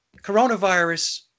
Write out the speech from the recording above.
coronavirus